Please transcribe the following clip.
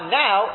now